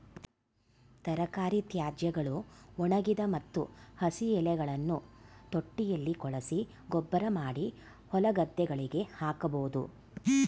ತರಕಾರಿ ತ್ಯಾಜ್ಯಗಳು, ಒಣಗಿದ ಮತ್ತು ಹಸಿ ಎಲೆಗಳನ್ನು ತೊಟ್ಟಿಯಲ್ಲಿ ಕೊಳೆಸಿ ಗೊಬ್ಬರಮಾಡಿ ಹೊಲಗದ್ದೆಗಳಿಗೆ ಹಾಕಬೋದು